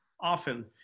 often